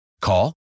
Call